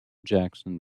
jackson